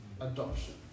Adoption